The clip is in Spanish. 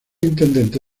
intendente